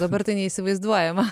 dabar tai neįsivaizduojama